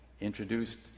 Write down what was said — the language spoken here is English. introduced